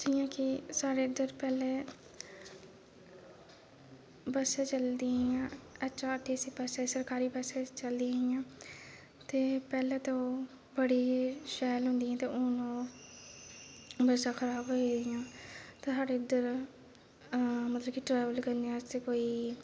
जियां की साढ़े इद्धर पैह्लें बस्सां चलदियां हियां एसआरटीसी बस्सां चलदियां हियां ते पैह्लें ओह् बड़ी गै शैल होंदियां हियां ते हून ओह् ते में उसी आक्खना की साढ़े उद्धर मतलब कि ट्रेवल करने आस्तै कोई